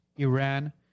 Iran